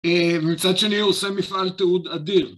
ומצד שני הוא עושה מפעל תיעוד אדיר